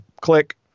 click